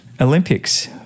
Olympics